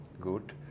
good